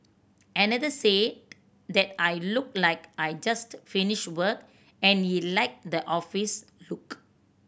another said that I looked like I just finished work and he liked the office look